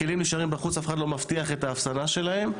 הכלים נשארים בחוץ ואף אחד לא מבטיח את האפסנה שלהם.